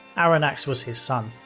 arronax was his son.